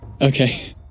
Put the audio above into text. Okay